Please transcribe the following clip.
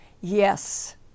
Yes